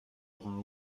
rends